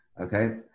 Okay